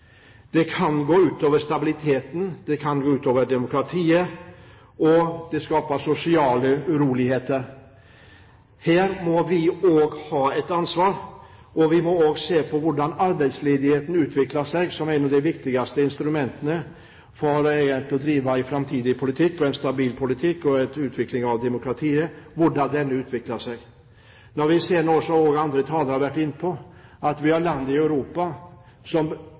Det kan gå ut over stabiliteten, det kan gå ut over demokratiet, og det skaper sosiale uroligheter. Her har vi også et ansvar, og vi må også se på hvordan arbeidsledigheten utvikler seg. Et av de viktigste instrumentene for å få en framtidig stabil politikk og en utvikling av demokratiet er at vi greier å motvirke at arbeidsledigheten utvikler seg. Vi ser nå, som også andre talere har vært inne på, at det er land i Europa som